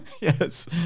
Yes